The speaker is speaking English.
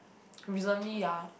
recently ah